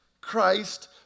Christ